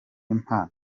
impano